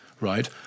right